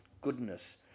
goodness